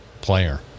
player